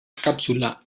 cápsula